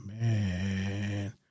Man